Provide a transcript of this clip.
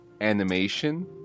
animation